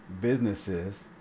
businesses